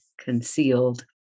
concealed